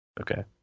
Okay